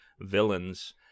villains